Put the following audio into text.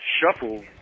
shuffle